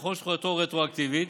ככל שתחולתו רטרואקטיבית,